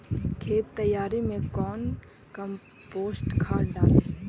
खेत तैयारी मे कौन कम्पोस्ट खाद डाली?